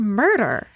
murder